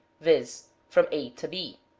viz. from a to b.